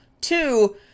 two